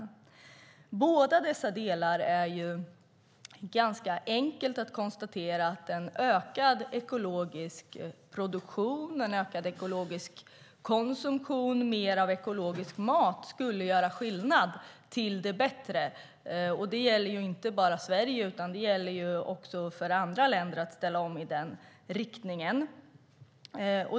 I båda dessa delar är det ganska enkelt att konstatera att en ökad ekologisk produktion, en ökad ekologisk konsumtion och mer av ekologisk mat skulle göra skillnad till det bättre. Det gäller inte bara Sverige, utan det gäller också för andra länder att ställa om i denna riktning.